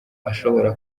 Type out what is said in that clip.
ashobora